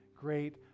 great